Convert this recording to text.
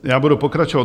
Já budu pokračovat.